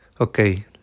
Okay